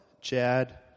Chad